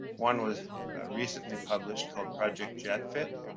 one was recently published, called project jet fit,